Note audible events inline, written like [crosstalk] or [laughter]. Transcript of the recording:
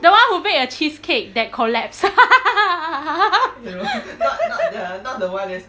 the [one] who baked a cheesecake that collapsed [laughs]